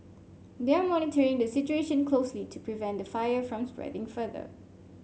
they are monitoring the situation closely to prevent the fire from spreading further